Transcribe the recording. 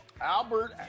Albert